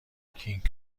کینگ